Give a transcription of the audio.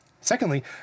Secondly